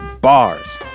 Bars